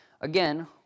Again